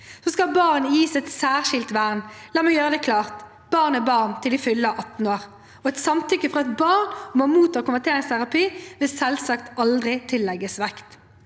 skal gis et særskilt vern. La meg gjøre det klart: Barn er barn til de fyller 18 år, og et samtykke fra et barn om å motta konverteringsterapi vil selvsagt aldri tillegges vekt.